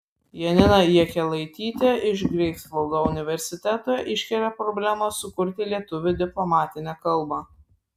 janina jakelaitytė iš greifsvaldo universiteto iškelia problemą sukurti lietuvių diplomatinę kalbą